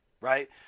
right